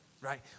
right